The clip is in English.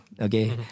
Okay